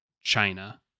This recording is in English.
China